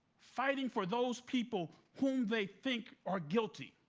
fighting for those people whom they think are guilty.